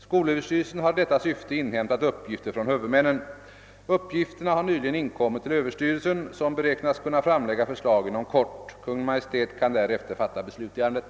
Skolöverstyrelsen har i detta syfte inhämtat uppgifter från huvudmännen. Uppgifterna har nyligen inkommit till överstyrelsen, som beräknas kunna framlägga förslag inom kort. Kungl. Maj:t kan därefter fatta beslut i ärendet.